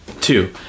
Two